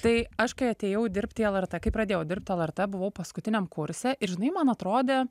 tai aš kai atėjau dirbti į lrt kai pradėjau dirbti lrt buvau paskutiniam kurse ir žinai man atrodė